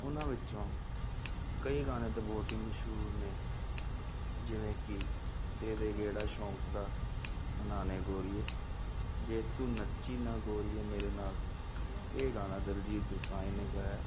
ਉਨਾਂ ਵਿੱਚੋਂ ਕਈ ਗਾਣੇ ਤੇ ਬਹੁਤ ਹੀ ਮਸ਼ਹੂਰ ਨੇ ਜਿਵੇਂ ਕੀ ਦੇ ਦੇ ਗੇੜਾ ਸ਼ੋਂਕ ਦਾ ਨਨਾਨੇ ਗੋਰੀਏ ਜੇ ਤੂੰ ਨੱਚੀ ਨਾ ਗੋਰੀਏ ਮੇਰੇ ਨਾਲ ਇਹ ਗਾਣਾ ਦਲਜੀਤ ਦੋਸਾਂਝ ਨੇ ਗਾਇਆ